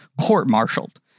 court-martialed